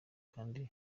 kandi